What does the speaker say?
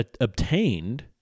obtained